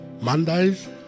Mondays